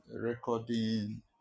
recording